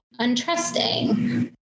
untrusting